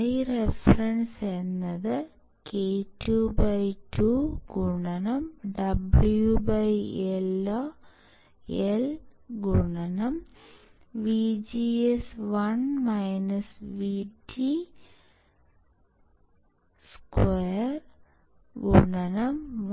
Ireferencek2WL12 1λVDS1 Iok2WL22 1λVDS2 λ0 വേണ്ടി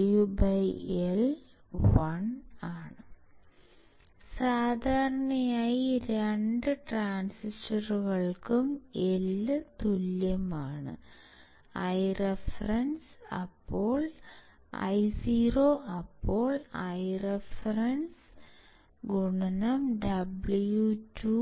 IoIref WL2WL1 സാധാരണയായി രണ്ട് ട്രാൻസിസ്റ്ററുകൾക്കും L തുല്യമാണ് IoIref W2W1